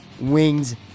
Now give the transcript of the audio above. wings